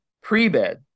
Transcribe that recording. pre-bed